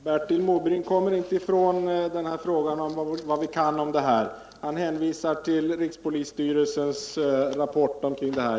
Herr talman! Bertil Måbrink kommer inte ifrån frågan om vad vi kan på detta område. Han hänvisar till rikspolisstyrelsens rapport.